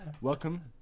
Welcome